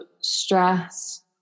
stress